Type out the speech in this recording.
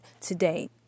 today